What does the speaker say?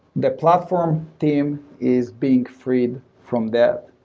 the platform team is being freed from that.